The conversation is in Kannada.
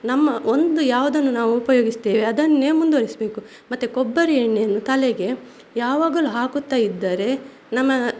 ನಮ್ಮ ಒಂದು ಯಾವುದನ್ನು ನಾವು ಉಪಯೋಗಿಸ್ತೇವೆ ಅದನ್ನೇ ಮುಂದುವರೆಸಬೇಕು ಮತ್ತು ಕೊಬ್ಬರಿ ಎಣ್ಣೆಯನ್ನು ತಲೆಗೆ ಯಾವಾಗಲೂ ಹಾಕುತ್ತಾ ಇದ್ದರೆ ನಮ್ಮ